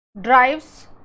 drives